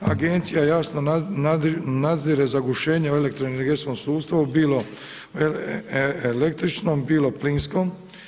Agencija jasno nadzire zagušenje o elektro-energetskom sustavu, bilo električnom, bilo plinskom.